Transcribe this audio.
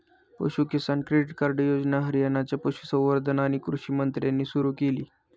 पशु किसान credit card योजना हरियाणाच्या पशुसंवर्धन आणि कृषी मंत्र्यांनी सुरू केली